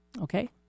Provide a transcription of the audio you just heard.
Okay